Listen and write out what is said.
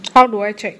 how do I check